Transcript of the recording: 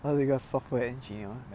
还有一个 software engineer